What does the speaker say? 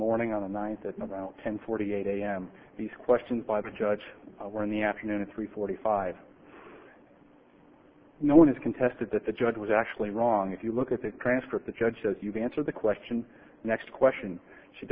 morning on the ninth at ten forty eight am these questions by the judge in the afternoon three forty five no one has contested that the judge was actually wrong if you look at the transcript the judge says you've answered the question next question she